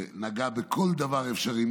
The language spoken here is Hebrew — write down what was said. שנגע בכל דבר אפשרי,